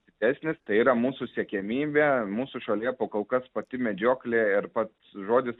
didesnis tai yra mūsų siekiamybė mūsų šalyje po kol kas pati medžioklė ir pats žodis